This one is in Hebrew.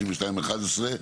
62(11),